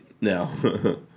no